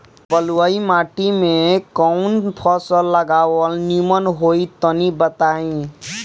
बलुई माटी में कउन फल लगावल निमन होई तनि बताई?